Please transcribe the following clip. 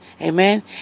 Amen